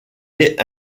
est